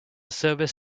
service